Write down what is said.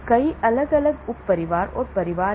कई अलग अलग उप परिवार और परिवार हैं